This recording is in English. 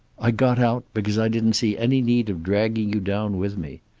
i got out, because i didn't see any need of dragging you down with me.